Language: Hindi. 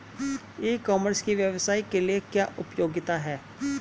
ई कॉमर्स की व्यवसाय के लिए क्या उपयोगिता है?